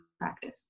practice